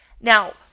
Now